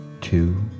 two